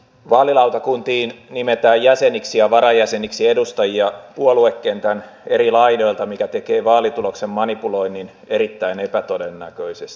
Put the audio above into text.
vaalilautakuntiin nimetään jäseniksi ja varajäseniksi edustajia puoluekentän eri laidoilta mikä tekee vaalituloksen manipuloinnin erittäin epätodennäköiseksi